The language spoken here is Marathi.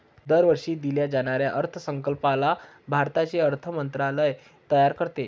दरवर्षी दिल्या जाणाऱ्या अर्थसंकल्पाला भारताचे अर्थ मंत्रालय तयार करते